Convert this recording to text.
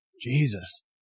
Jesus